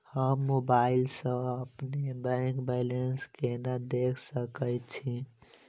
हम मोबाइल सा अपने बैंक बैलेंस केना देख सकैत छी?